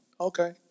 Okay